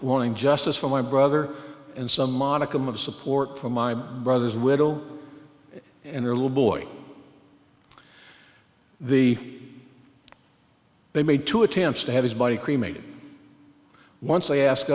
wanting justice for my brother and some modicum of support for my brother's widow and her little boy the they made two attempts to have his body cremated once they ask